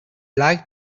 like